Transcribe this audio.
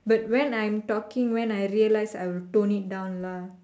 but when I'm talking when I realize I will tone it down lah